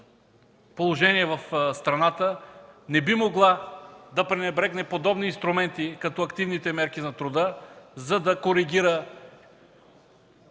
положение в страната, не би могла да пренебрегне подобни инструменти, каквито са активните мерки на труда, за да коригира